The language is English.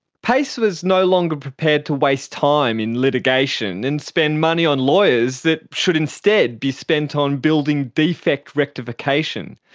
payce was no longer prepared to waste time in litigation and spend money on lawyers that should instead be spent on building defect rectification.